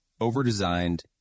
overdesigned